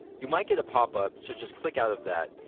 you might get a pop-up, so just click out of that,